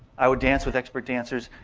i would dance with expert dancers,